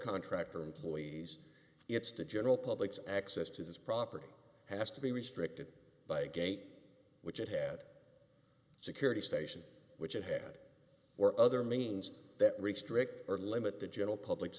contractor employees it's the general public's access to this property has to be restricted by gate which it had security station which it had or other means that restrict or limit the general public